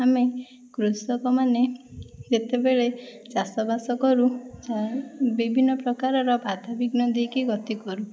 ଆମେ କୃଷକମାନେ ଯେତେବେଳେ ଚାଷବାସ କରୁ ବିଭିନ୍ନ ପ୍ରକାରର ବାଧାବିଘ୍ନ ଦେଇକି ଗତି କରୁ